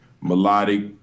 melodic